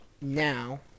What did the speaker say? now